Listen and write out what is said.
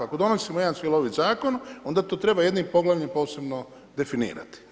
Ako donosimo jedan cjelovit zakon, onda to treba jednim poglavljem posebno definirati.